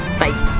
bye